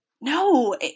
No